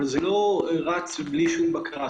אבל זה לא אומר שזה רץ בלי שום בקרה.